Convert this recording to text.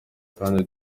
kandi